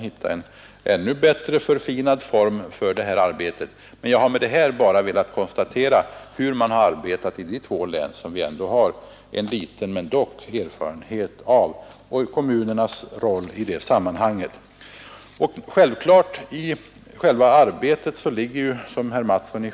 Med det anförda har jag bara velat konstatera hur man arbetat i de två län som vi har en liten men dock erfarenhet från, och jag har också velat visa på kommunernas roll i det sammanhanget.